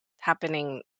happening